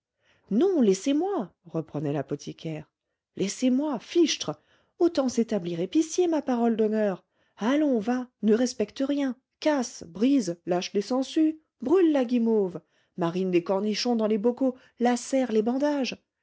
non laissez-moi reprenait l'apothicaire laissez-moi fichtre autant s'établir épicier ma parole d'honneur allons va ne respecte rien casse brise lâche les sangsues brûle la guimauve marine des cornichons dans les bocaux lacère les bandages